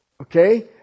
Okay